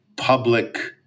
public